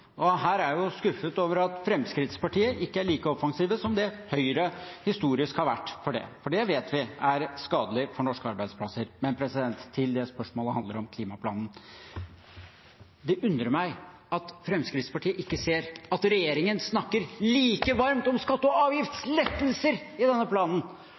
Her er jeg jo skuffet over at Fremskrittspartiet ikke er like offensive som det Høyre historisk har vært, for vi vet at det er skadelig for norske arbeidsplasser. Men til det spørsmålet handler om – klimaplanen. Det undrer meg at Fremskrittspartiet ikke ser at regjeringen snakker like varmt om skatte- og avgiftslettelser i denne planen,